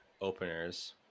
openers